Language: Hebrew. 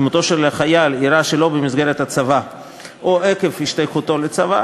מותו של החייל אירע שלא במסגרת הצבא או עקב השתייכותו לצבא,